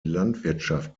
landwirtschaft